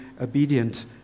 obedient